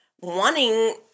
wanting